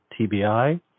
TBI